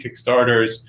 Kickstarters